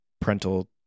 Parental